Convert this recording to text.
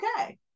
okay